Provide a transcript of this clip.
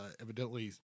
Evidently